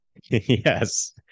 Yes